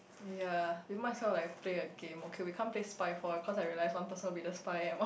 ya we might as well like play a game okay we can't play Spyfall cause I realise one person will be the spy and one